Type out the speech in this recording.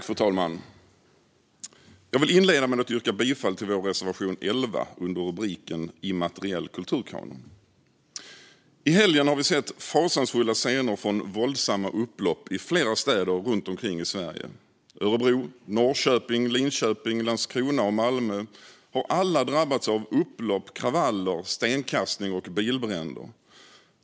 Fru talman! Jag vill inleda med att yrka bifall till vår reservation 11, med rubriken Immateriell kulturkanon. I helgen har vi sett fasansfulla scener från våldsamma upplopp i flera städer runt omkring i Sverige. Örebro, Norrköping, Linköping, Landskrona och Malmö har alla drabbats av upplopp, kravaller, stenkastning och bilbränder.